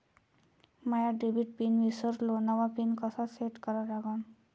माया debit pin ईसरलो, नवा pin कसा सेट करा लागन?